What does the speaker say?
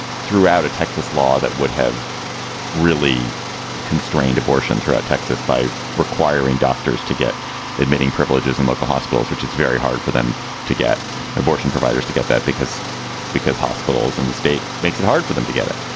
threw out a texas law that would have really constrained abortion throughout texas by requiring doctors to get admitting privileges in local hospitals which it's very hard for them to get abortion providers to get that because because hospitals in the state makes it hard for them to get it.